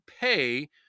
pay